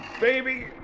baby